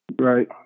Right